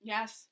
Yes